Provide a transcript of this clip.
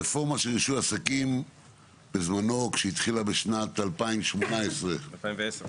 כשהרפורמה של רישוי עסקים התחילה בשנת 2018 --- 2010.